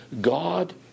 God